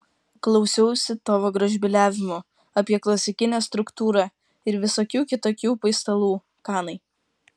klausiausi tavo gražbyliavimų apie klasikinę struktūrą ir visokių kitokių paistalų kanai